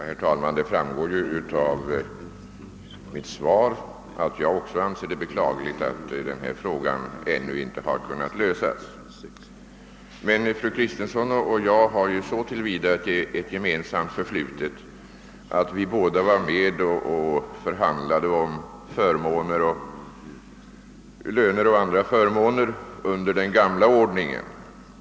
Herr talman! Det framgår av mitt svar att jag också anser det beklagligt att denna ersättningsfråga ännu inte har kunnat lösas. Men fru Kristensson och jag har ju så till vida ett gemensamt förflutet, att vi båda var med och förhandlade om löner och andra förmåner under den gamla ordningen.